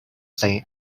say